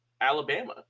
Alabama